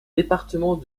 département